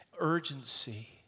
urgency